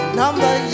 number